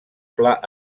pla